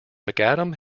mcadam